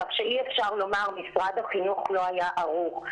כך שאי-אפשר לומר שמשרד החינוך לא היה ערוך.